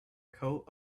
coat